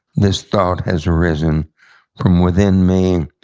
this thought has arisen from within me,